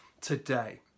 today